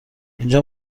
اینجا